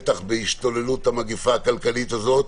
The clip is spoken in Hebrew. בטח בהשתוללות המגפה הכלכלית הזו.